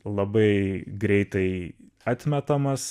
labai greitai atmetamas